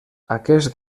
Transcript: aquest